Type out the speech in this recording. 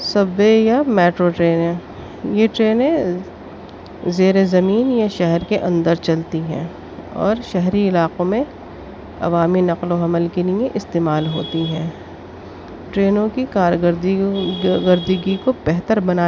سب وے یا میٹرو ٹرینیں یہ ٹرینیں زیرِ زمین یا شہر کے اندر چلتی ہیں اور شہری علاقوں میں عوامی نقل و حمل کے لیے استعمال ہوتی ہیں ٹرینوں کی کارکردگی کو بہتر بنانے